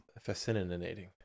Fascinating